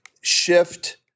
shift